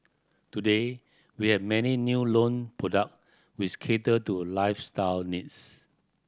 today we have many new loan product which cater to a lifestyle needs